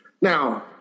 Now